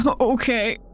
Okay